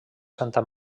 santa